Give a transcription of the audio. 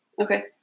Okay